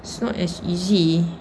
it's not as easy